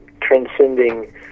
transcending